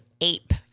ape